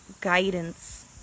guidance